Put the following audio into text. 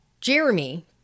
Jeremy